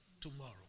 tomorrow